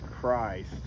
Christ